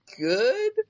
good